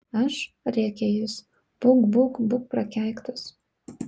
aš rėkė jis būk būk būk prakeiktas